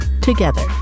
together